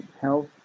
health